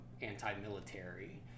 anti-military